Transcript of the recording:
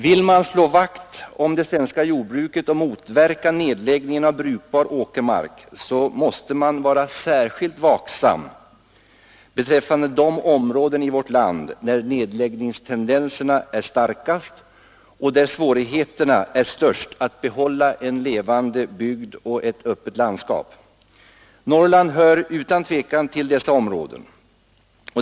Vill man slå vakt om det svenska jordbruket och motverka nedläggningen av brukbar åkermark, så måste man vara särskilt vaksam beträffande de områden i vårt land, där nedläggningstendenserna är starkast och svårigheterna störst att behålla en levande bygd och ett öppet landskap. Norrland hör utan tvivel till dessa områden.